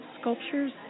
sculptures